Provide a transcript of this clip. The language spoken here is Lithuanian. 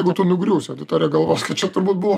jeigu tu nugriūsi auditorija galvos kad čia turbūt buvo